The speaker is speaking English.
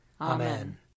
Amen